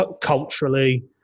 culturally